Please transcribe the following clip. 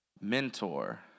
mentor